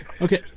Okay